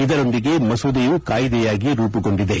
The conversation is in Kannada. ಇದರೊಂದಿಗೆ ಮಸೂದೆಯೂ ಕಾಯಿದೆಯಾಗಿ ರೂಪುಗೊಂಡಿದೆ